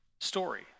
story